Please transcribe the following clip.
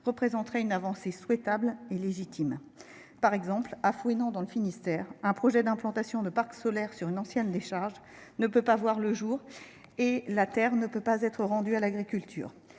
représenterait une avancée souhaitable et légitime. Ainsi, à Fouesnant, dans le Finistère, un projet d'implantation de parc solaire sur une ancienne décharge ne peut pas voir le jour, alors même que la terre ne peut pas être rendue à l'agriculture.